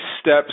steps